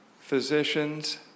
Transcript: physicians